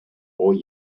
all